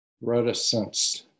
reticence